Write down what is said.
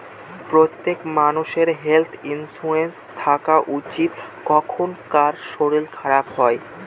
প্রত্যেক মানষের health insurance থাকা উচিত, কখন কার শরীর খারাপ হয়